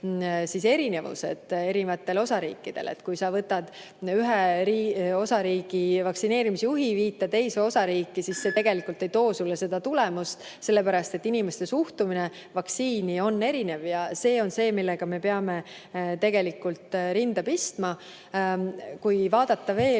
siis neis on väga selged erinevused. Kui sa võtad ühe osariigi vaktsineerimisjuhi, viid ta teise osariiki, siis see tegelikult ei anna [oodatud] tulemust, sellepärast et inimeste suhtumine vaktsiini on erinev. Ja see on see, millega meiegi peame tegelikult rinda pistma. Kui vaadata, on veel